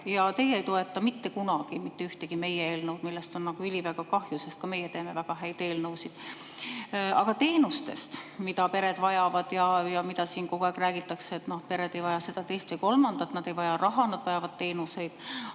ja teie ei toeta mitte kunagi mitte ühtegi meie eelnõu, millest on üliväga kahju, sest ka meie teeme väga häid eelnõusid. Aga nüüd teenustest, mida pered vajavad. Siin kogu aeg räägitakse, et pered ei vaja seda, teist või kolmandat, nad ei vaja raha, nad vajavad teenuseid.